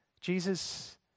Jesus